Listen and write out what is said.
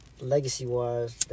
Legacy-wise